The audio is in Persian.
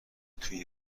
توی